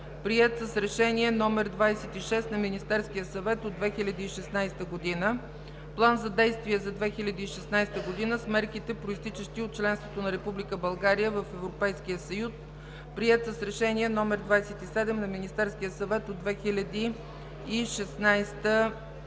приет с Решение № 26 на Министерския съвет от 2016 г., План за действие за 2016 г. с мерките, произтичащи от членството на Република България в Европейския съюз, приет с Решение № 27 на Министерския съвет от 2016 г.